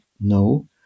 No